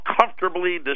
comfortably